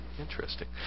Interesting